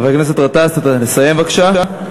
חבר הכנסת גטאס, אתה מסיים, בבקשה?